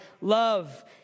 love